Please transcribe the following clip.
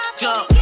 jump